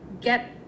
get